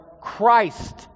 Christ